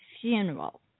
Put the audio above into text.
funeral